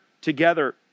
together